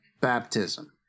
baptism